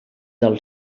del